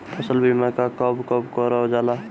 फसल बीमा का कब कब करव जाला?